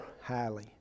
highly